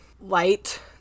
light